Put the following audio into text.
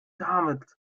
damit